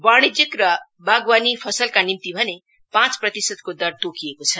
वाणिज्यीक र बागवानी फसलका निम्ति भने पाँच प्रतिशतको दर तोकिएको छ